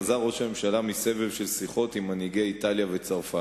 חזר ראש הממשלה מסבב שיחות עם מנהיגי איטליה וצרפת.